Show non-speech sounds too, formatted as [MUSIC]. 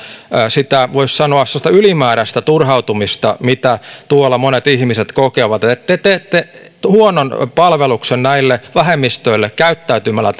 sitä voisi sanoa sellaista ylimääräistä turhautumista mitä tuolla monet ihmiset kokevat te teette huonon palveluksen näille vähemmistöille käyttäytymällä [UNINTELLIGIBLE]